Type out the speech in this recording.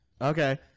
Okay